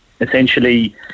essentially